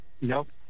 Nope